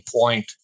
point